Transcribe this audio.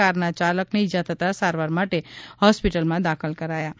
કારના ચાલકને ઇજા થતાં સારવાર માટે હોસ્પિટલમાં દાખલ કરવામાં આવ્યા છે